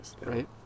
Right